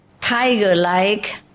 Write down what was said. tiger-like